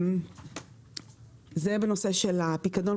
זה בנושא של הפיקדון,